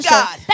God